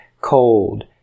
cold